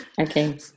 Okay